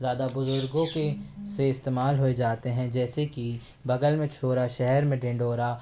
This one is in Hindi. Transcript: ज़्यादा बुजुर्गों के से इस्तेमाल होए जाते हैं जैसे कि बगल में छोरा शहर में ढिंढोरा